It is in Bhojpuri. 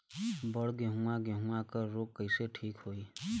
बड गेहूँवा गेहूँवा क रोग कईसे ठीक होई?